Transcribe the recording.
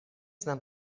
znam